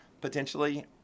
potentially